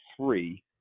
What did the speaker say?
three